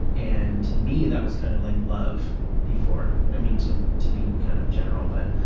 and to me, that was kind of like love before, i mean, to to be kind of general, but